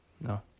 No